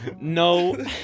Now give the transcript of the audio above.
No